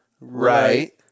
Right